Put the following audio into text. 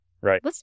Right